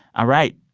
all right.